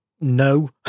no